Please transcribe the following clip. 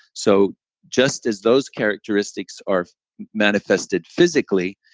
so just as those characteristics are manifested physically,